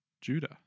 Judah